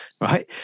right